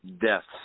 deaths